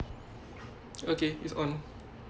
okay it's on